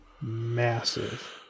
massive